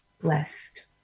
blessed